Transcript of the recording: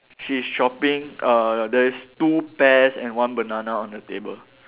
she is shopping uh there is two pears and one banana on the table